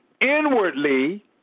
inwardly